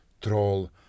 troll